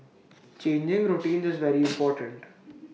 changing routines is very important